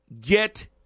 get